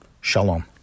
Shalom